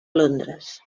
londres